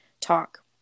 talk